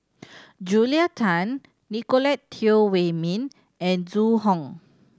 Julia Tan Nicolette Teo Wei Min and Zhu Hong